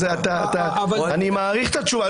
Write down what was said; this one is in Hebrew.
אני מעריך את התשובה.